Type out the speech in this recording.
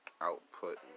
output